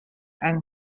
yng